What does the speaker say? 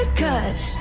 cause